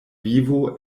vivo